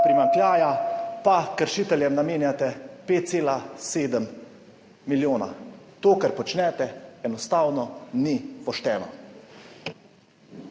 primanjkljaja pa kršiteljem namenjate 5,7 milijona. To, kar počnete, enostavno ni pošteno.